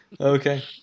Okay